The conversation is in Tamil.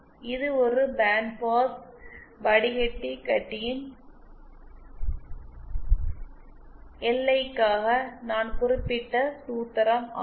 இது ஒரு பேண்ட் பாஸ் வடிகட்டிகட்டியின் எல்ஐக்காக நான் குறிப்பிட்ட சூத்திரம் ஆகும்